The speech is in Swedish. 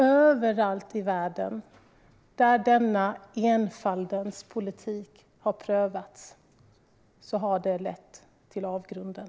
Överallt i världen där denna enfaldens politik har prövats har det lett till avgrunden.